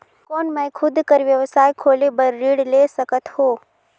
कौन मैं खुद कर व्यवसाय खोले बर ऋण ले सकत हो?